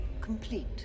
complete